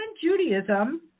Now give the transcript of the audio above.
Judaism